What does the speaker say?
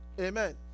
Amen